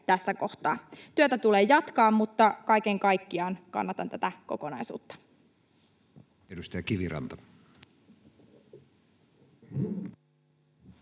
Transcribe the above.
tässä kohtaa. Työtä tulee jatkaa, mutta kaiken kaikkiaan kannatan tätä kokonaisuutta. [Speech 235]